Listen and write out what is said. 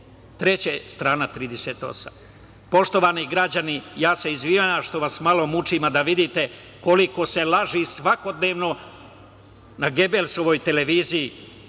2003, strana 38.Poštovani građani, ja se izvinjavam što vas malo mučim, ali da vidite koliko se laži svakodnevno na Gebelsovoj televiziji